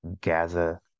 gather